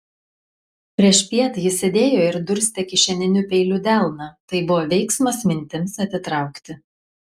priešpiet jis sėdėjo ir durstė kišeniniu peiliu delną tai buvo veiksmas mintims atitraukti